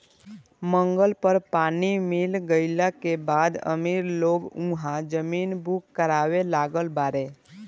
मंगल पर पानी मिल गईला के बाद अमीर लोग उहा जमीन बुक करावे लागल बाड़े